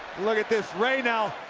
look at this rey now.